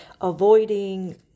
avoiding